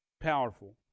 powerful